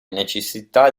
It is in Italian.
necessità